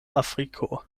afriko